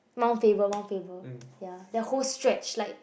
Mount Faber Mount Faber ya that whole stretch like